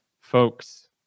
folks